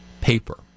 paper